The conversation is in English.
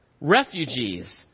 Refugees